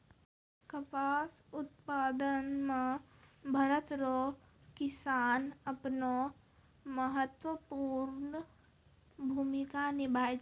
कपास उप्तादन मे भरत रो किसान अपनो महत्वपर्ण भूमिका निभाय छै